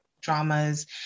dramas